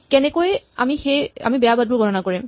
কেনেকৈ আমি বেয়া বাটবোৰ গণনা কৰিম